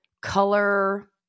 color